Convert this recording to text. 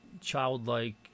childlike